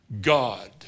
God